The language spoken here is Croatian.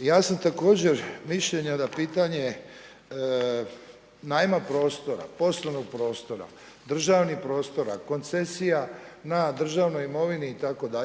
Ja sam također mišljenja d pitanje najma prostora, poslovnog prostora, državnih prostora, koncesija na državnoj imovini itd.,